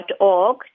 org